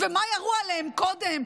מה ירו עליהם קודם,